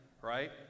right